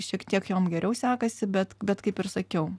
šiek tiek jom geriau sekasi bet bet kaip ir sakiau